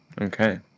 Okay